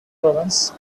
provence